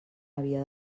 havia